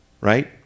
right